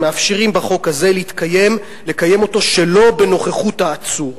מאפשרים בחוק הזה לקיים אותו שלא בנוכחות העצור.